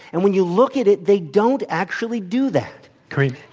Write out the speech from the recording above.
and when you look at it, they don't actually do that. karine,